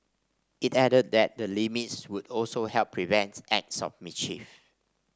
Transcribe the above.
it added that the limits would also help prevent acts of mischief